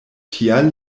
tial